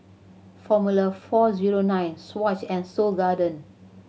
Formula Four Zero Nine Swatch and Seoul Garden